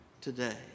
today